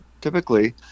typically